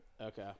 okay